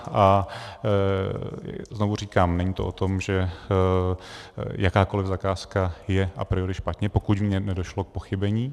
A znovu říkám, není to o tom, že jakákoli zakázka je a priori špatně, pokud v ní nedošlo k pochybení.